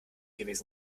gewesen